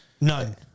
none